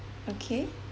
okay